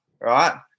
right